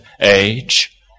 age